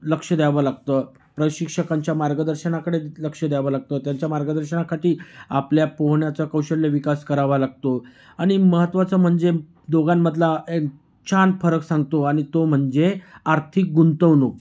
लक्ष द्यावं लागतं प्रशिक्षकांच्या मार्गदर्शनाकडे लक्ष द्यावं लागतं त्यांच्या मार्गदर्शनाखाटी आपल्या पोहण्याचा कौशल्यविकास करावा लागतो आणि महत्त्वाचं म्हणजे दोघांमधला एक छान फरक सांगतो आणि तो म्हणजे आर्थिक गुंतवणूक